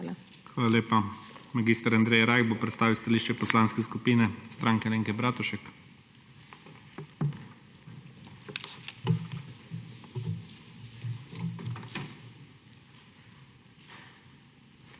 Hvala lepa. Mag. Andrej Rajh bo predstavil stališče Poslanske skupine Stranke Alenke Bratušek. MAG.